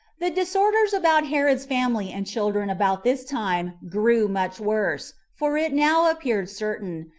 the disorders about herod's family and children about this time grew much worse for it now appeared certain,